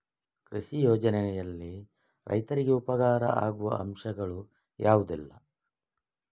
ಕೃಷಿ ಯೋಜನೆಯಲ್ಲಿ ರೈತರಿಗೆ ಉಪಕಾರ ಆಗುವ ಅಂಶಗಳು ಯಾವುದೆಲ್ಲ?